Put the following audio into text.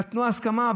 נתנו הסכמה.